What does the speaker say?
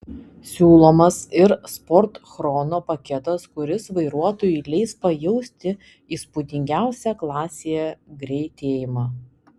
siūlomas ir sport chrono paketas kuris vairuotojui leis pajausti įspūdingiausią klasėje greitėjimą